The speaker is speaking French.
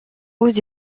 aux